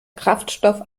kraftstoff